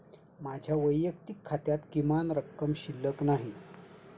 माझ्या वैयक्तिक खात्यात किमान रक्कम शिल्लक नाही